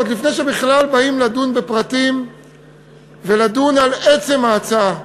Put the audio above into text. עוד לפני שבכלל באים לדון בפרטים ולדון על עצם ההצעה,